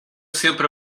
sempre